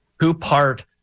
two-part